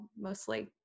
mostly